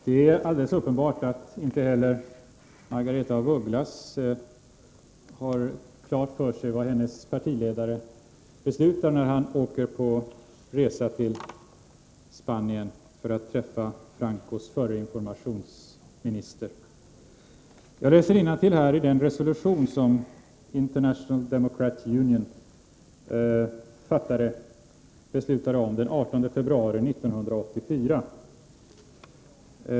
Herr talman! Det är alldeles uppenbart att inte heller Margaretha af Ugglas har klart för sig vad hennes partiledare beslutar när han reser till Spanien för att träffa Francos förre informationsminister. Jag läser innantill i den resolution som International Democrat Union antog den 18 februari 1984.